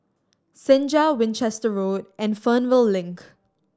Senja Winchester Road and Fernvale Link